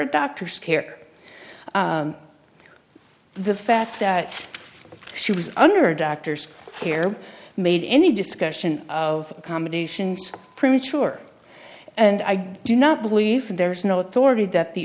a doctor's care the fact that she was under doctor's care made any discussion of accommodations premature and i do not believe there is no authority that the